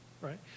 Right